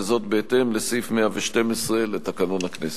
וזאת בהתאם לסעיף 112 לתקנון הכנסת.